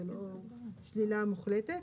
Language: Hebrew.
זה לא שלילה מוחלטת,